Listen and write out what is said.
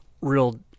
real